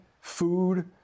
food